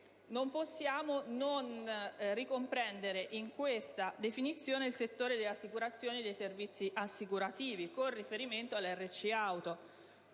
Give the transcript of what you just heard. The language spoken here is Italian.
non possiamo non ricomprendere il settore delle assicurazioni e dei servizi assicurativi, con riferimento alle RC-Auto.